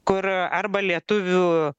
kur arba lietuvių